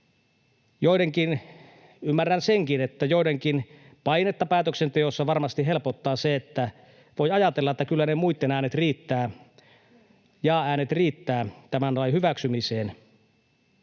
lakkoihin. Ymmärrän senkin, että joidenkin painetta päätöksenteossa varmasti helpottaa se, että voi ajatella, että kyllä ne muitten jaa-äänet riittävät tämän lain hyväksymiseen,